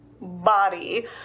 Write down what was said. body